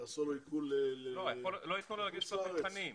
לא יתנו לו לגשת למבחנים.